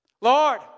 Lord